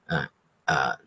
uh uh